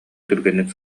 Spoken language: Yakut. түргэнник